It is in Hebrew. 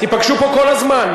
תיפגשו פה כל הזמן,